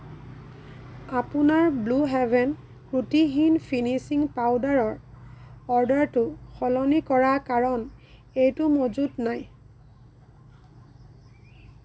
আপোনাৰ blue heaven ত্ৰুটিহীন finishing পাউডাৰৰ অৰ্ডাৰটো সলনি কৰা কাৰণ এইটো মজুত নাই